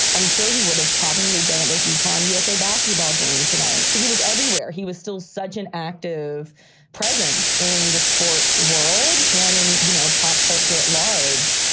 i'm sure he would have probably better, as you call usa basketball game today. he was everywhere he was still such an active presence in the sports world and in, you know, pop culture at large.